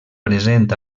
present